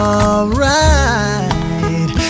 alright